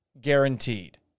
guaranteed